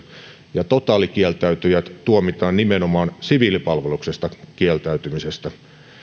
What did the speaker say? ja totaalikieltäytyjät tuomitaan nimenomaan siviilipalveluksesta kieltäytymisestä